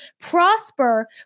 prosper